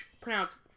pronounced